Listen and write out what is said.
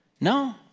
No